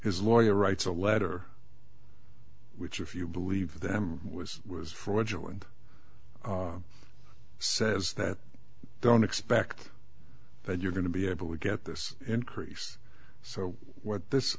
his lawyer writes a letter which if you believe them was fraudulent says that don't expect but you're going to be able to get this increase so what this